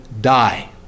die